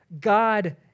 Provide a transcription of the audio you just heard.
God